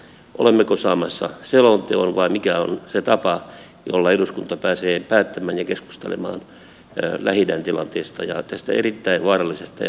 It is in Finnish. olemmeko saamassa selonteon vai mikä on se tapa jolla eduskunta pääsee päättämään ja keskustelemaan lähi idän tilanteesta ja tästä erittäin vaarallisesta ja mutkikkaasta kansainvälisestä konfliktista